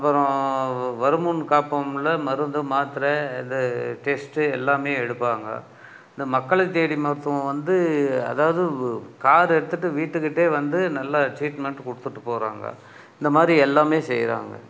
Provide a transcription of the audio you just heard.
அப்பறம் வருமுன் காப்போமில் மருந்து மாத்திரை இந்த டெஸ்ட்டு எல்லாமே எடுப்பாங்க இந்த மக்களை தேடி மருத்துவம் வந்து அதாவது கார் எடுத்துட்டு வீட்டுக்கிட்டே வந்து நல்லா ட்ரீட்மெண்ட் கொடுத்துட்டு போகிறாங்க இந்த மாதிரி எல்லாமே செய்கிறாங்க